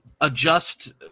adjust